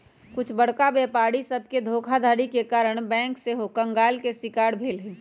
कुछ बरका व्यापारी सभके धोखाधड़ी के कारणे बैंक सेहो कंगाल के शिकार भेल हइ